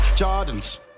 Jardins